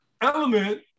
element